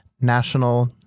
National